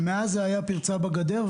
שהיו מבטיחים לאזרחים הרבה מאוד נושאים,